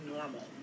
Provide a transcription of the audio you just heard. normal